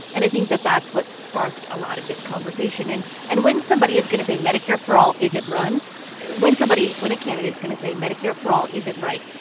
and i think that that's what sparked a lot of this conversation. and and when somebody is going to say medicare for all isn't run when somebody when a candidate's going to say medicare for all isn't right,